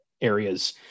areas